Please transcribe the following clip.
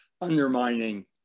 undermining